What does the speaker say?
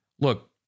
Look